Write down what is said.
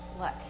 Look